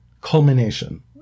culmination